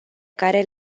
care